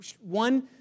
one